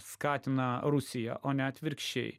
skatina rusiją o ne atvirkščiai